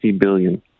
billion